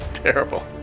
Terrible